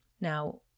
Now